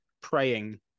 praying